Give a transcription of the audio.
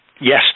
yes